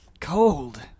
cold